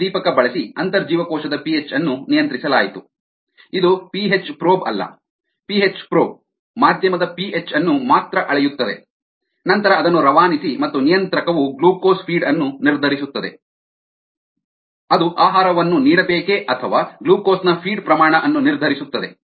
ಪ್ರತಿದೀಪಕ ಬಳಸಿ ಅಂತರ್ಜೀವಕೋಶದ ಪಿಹೆಚ್ ಅನ್ನು ನಿಯಂತ್ರಿಸಲಾಯಿತು ಇದು ಪಿಹೆಚ್ ಪ್ರೋಬ್ ಅಲ್ಲ ಪಿಹೆಚ್ ಪ್ರೋಬ್ ಮಾಧ್ಯಮದ ಪಿಹೆಚ್ ಅನ್ನು ಮಾತ್ರ ಅಳೆಯುತ್ತದೆ ನಂತರ ಅದನ್ನು ರವಾನಿಸಿ ಮತ್ತು ನಿಯಂತ್ರಕವು ಗ್ಲೂಕೋಸ್ ಫೀಡ್ ಅನ್ನು ನಿರ್ಧರಿಸುತ್ತದೆ ಅದು ಆಹಾರವನ್ನು ನೀಡಬೇಕೇ ಅಥವಾ ಗ್ಲೂಕೋಸ್ನ ಫೀಡ್ ಪ್ರಮಾಣ ಅನ್ನು ನಿರ್ಧರಿಸುತ್ತದೆ